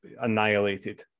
annihilated